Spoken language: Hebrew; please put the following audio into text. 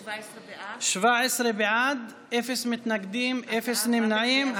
17 בעד, אפס מתנגדים, אפס נמנעים.